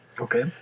Okay